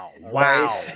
Wow